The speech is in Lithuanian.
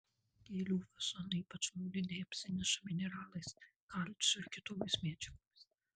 gėlių vazonai ypač moliniai apsineša mineralais kalciu ir kitomis medžiagomis